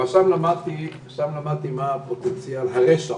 שם למדתי מה פוטנציאל הרשע